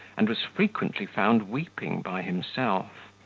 and was frequently found weeping by himself.